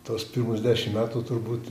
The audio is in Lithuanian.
tuos pirmus dešim metų turbūt